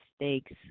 mistakes